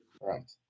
Right